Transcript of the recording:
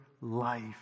life